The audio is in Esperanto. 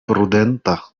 prudenta